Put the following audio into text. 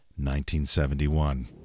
1971